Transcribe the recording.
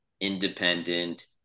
independent